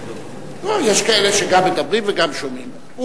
יש כאלה שגם מדברים וגם שומעים.